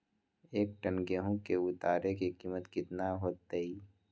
एक टन गेंहू के उतरे के कीमत कितना होतई?